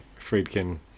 Friedkin